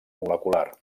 molecular